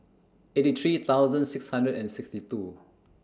eighty three thousand six hundred and sixty two